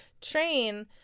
train